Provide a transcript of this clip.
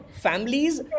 Families